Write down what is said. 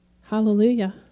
hallelujah